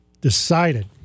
Decided